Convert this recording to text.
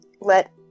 let